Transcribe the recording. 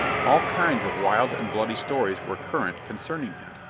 all kinds of wild and bloody stories were current concerning him,